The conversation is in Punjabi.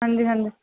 ਹਾਂਜੀ ਹਾਂਜੀ